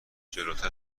جلوتر